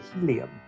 helium